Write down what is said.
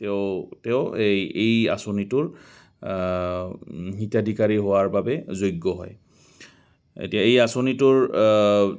তেওঁ তেওঁ এই এই আঁচনিটোৰ হিতাধিকাৰী হোৱাৰ বাবে যোগ্য হয় এতিয়া এই আঁচনিটোৰ